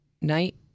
night